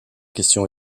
question